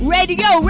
Radio